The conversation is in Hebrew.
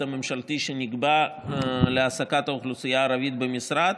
הממשלתי שנקבע להעסקת האוכלוסייה הערבית במשרד,